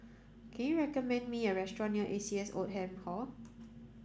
can you recommend me a restaurant near A C S Oldham Hall